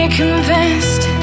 convinced